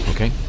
Okay